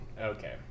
Okay